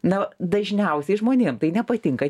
na dažniausiai žmonėm tai nepatinka